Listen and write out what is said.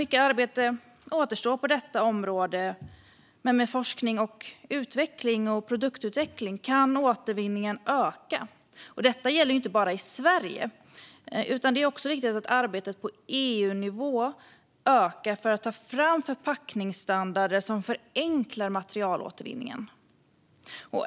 Mycket arbete återstår på detta område, men med forskning och produktutveckling kan återvinningen öka. Detta gäller inte bara i Sverige, utan det är viktigt att arbetet ökar också på EU-nivå för att ta fram förpackningsstandarder som förenklar materialåtervinning.